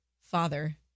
father